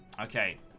Okay